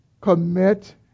commit